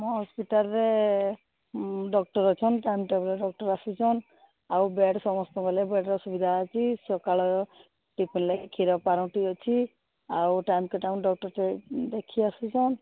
ମୋ ହସ୍ପିଟାଲରେ ଡକ୍ଟର ଅଛନ୍ତି ଟାଇମ୍ ଟେବୁଲରେ ଡକ୍ଟର ଆସୁଛନ୍ତି ଆଉ ବେଡ୍ ସମସ୍ତ ଗଲେ ବେଡ୍ର ସୁବିଧା ଅଛି ସକାଳ ଟିଫିନ୍ ଲାଗି କ୍ଷୀର ପାଉଁରୁଟି ଅଛି ଆଉ ଟାଇମ୍ ଟୁ ଟାଇମ୍ ଡକ୍ଟର ଦେଖି ଆସୁଛନ୍ତି